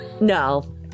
No